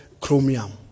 chromium